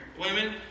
Women